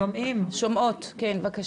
שומעות כן בבקשה.